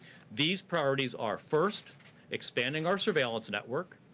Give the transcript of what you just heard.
these priorities are first expanding our surveillance network.